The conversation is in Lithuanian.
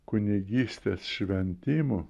kunigystės šventimų